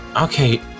Okay